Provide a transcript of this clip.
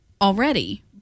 already